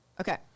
Okay